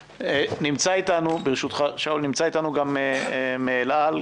נמצא איתנו, ברשותך, שאול, גם מאל על,